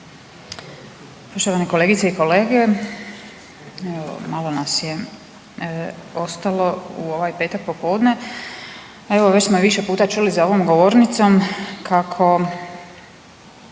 Poštovane kolegice i kolege. Evo malo nas je ostalo u ovaj petak popodne, a evo već smo više puta čuli za ovom govornicom kako